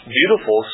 beautiful